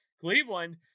Cleveland